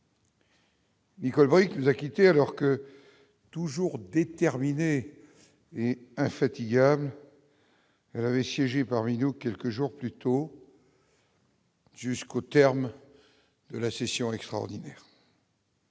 Nicole Bricq, les quittés alors que toujours déterminé et infatigable et siéger parmi nous quelques jours plus tôt. Jusqu'au terme de la session extraordinaire.